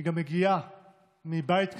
היא גם מגיעה מבית כזה: